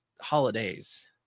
holidays